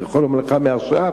אני יכול לומר לך מעכשיו שעם